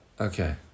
Okay